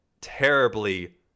terribly